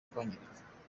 kwangirika